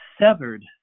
severed